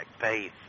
faith